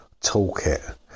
toolkit